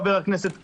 חבר הכנסת כץ,